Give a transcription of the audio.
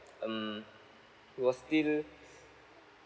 mm he was still